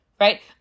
right